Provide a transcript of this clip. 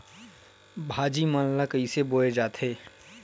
भाजी मन ला कइसे बोए जाथे?